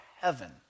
heaven